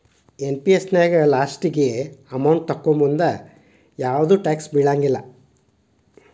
NPS ನ್ಯಾಗ ಲಾಸ್ಟಿಗಿ amount ತೊಕ್ಕೋಮುಂದ ಯಾವ್ದು ಟ್ಯಾಕ್ಸ್ ಬೇಳಲ್ಲ